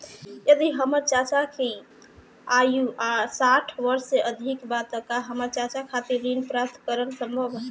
यदि हमर चाचा की आयु साठ वर्ष से अधिक बा त का हमर चाचा खातिर ऋण प्राप्त करल संभव बा